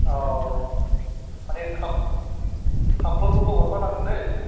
औ माने खाब खाबफोरखौबो हरफानांगोनदै